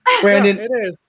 Brandon